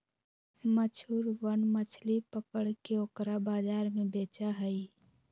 मछुरवन मछली पकड़ के ओकरा बाजार में बेचा हई